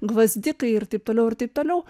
gvazdikai ir taip toliau ir taip toliau